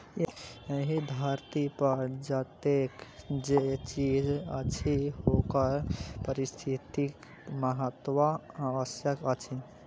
एहि धरती पर जतेक जे चीज अछि ओकर पारिस्थितिक महत्व अवश्य अछि